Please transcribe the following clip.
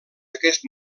aquest